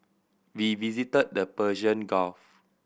we visited the Persian Gulf